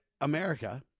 America